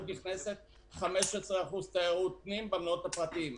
נכנסת ו-15% מתיירות פנים במלונות הפרטיים.